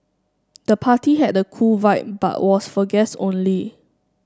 the party had a cool vibe but was for guests only